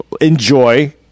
enjoy